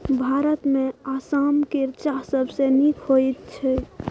भारतमे आसाम केर चाह सबसँ नीक होइत छै